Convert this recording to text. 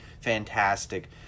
fantastic